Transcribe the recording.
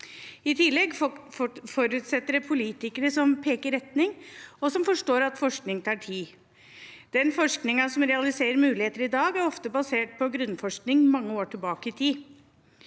I tillegg forutsetter det politikere som peker retning og forstår at forskning tar tid. Den forskningen som realiserer muligheter i dag, er ofte basert på grunnforskning mange år tilbake i tid.